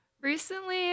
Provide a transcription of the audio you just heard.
Recently